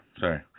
sorry